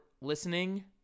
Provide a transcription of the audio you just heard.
listening